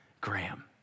Graham